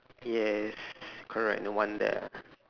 yes correct no wonder